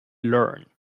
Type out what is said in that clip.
learn